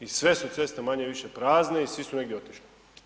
I sve su ceste manje-više prazne i svi su negdje otišli.